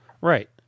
Right